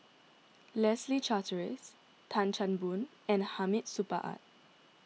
Leslie Charteris Tan Chan Boon and Hamid Supaat